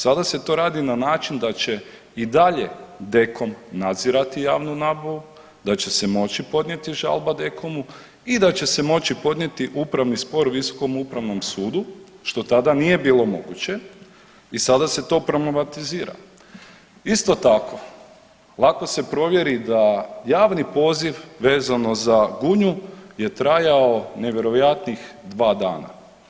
Sada se to radi na način da će i dalje DEKOM nadzirati javnu nabavu, da će se moći podnijeti žalba DEKOM-u i da će se moći podnijeti upravni spor Visokom upravnom sudu, što tada nije bilo moguće i sada se to ... Isto tako, lako se provjeri da javni poziv vezano za Gunju je trajao nevjerojatnih 2 dana.